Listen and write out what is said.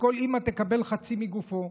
וכל אימא תקבל חצי מגופו.